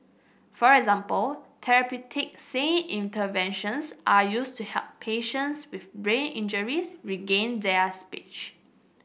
for example therapeutic singing interventions are used to help patients with brain injuries regain their speech